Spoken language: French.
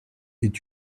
est